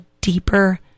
deeper